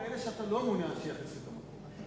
באלה שאתה לא מעוניין שיאכלסו את המקום.